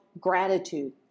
gratitude